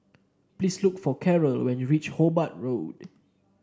please look for Karel when you reach Hobart Road